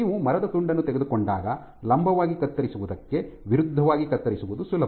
ನೀವು ಮರದ ತುಂಡನ್ನು ತೆಗೆದುಕೊಂಡಾಗ ಲಂಬವಾಗಿ ಕತ್ತರಿಸುವುದಕ್ಕೆ ವಿರುದ್ಧವಾಗಿ ಕತ್ತರಿಸುವುದು ಸುಲಭ